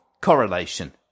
correlation